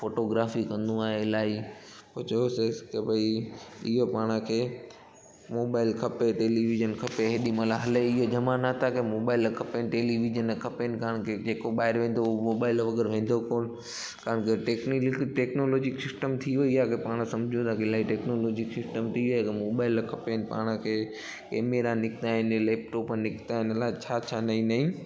photography कंदो आहियां इलाही पोइ चयोसिंसि त भई इहो पाण खे मोबाइल खपे टेलीविजन खपे हेॾी महिल हले इहे ज़माना तव्हांखे मोबाइल खपेनि टेलीविजन खपेनि कारके जेको ॿाहिरि वेंदो उहो मोबाइल वगर वेंदो कोन कारण के त टेक्नीक टेक्नोलॉजी सिस्टम थी वेई आहे की पाणि समुझूं था की इलाही टेक्नोलॉजी सिस्टम थी वेई आहे त मोबाइल खपेनि पाण खे केमिरा निकिता आहिनि लेपटॉप निकिता आहिनि अलाए छा छा नयूं नयूं